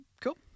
cool